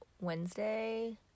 Wednesday